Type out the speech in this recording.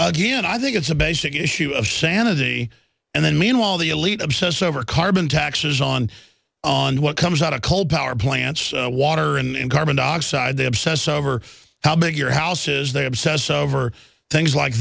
and i think it's a basic issue of sanity and then meanwhile the elite obsess over carbon taxes on on what comes out of coal power plants water and in carbon dioxide they obsess over how big your house is they obsess over things like